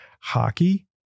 hockey